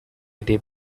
dip